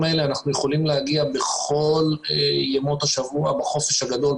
האלה אנחנו יכולים להגיע בכל ימות השבוע בחופש הגדול,